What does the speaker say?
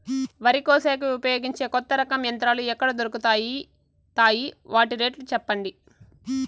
వరి కోసేకి ఉపయోగించే కొత్త రకం యంత్రాలు ఎక్కడ దొరుకుతాయి తాయి? వాటి రేట్లు చెప్పండి?